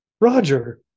Roger